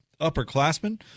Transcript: upperclassmen